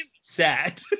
sad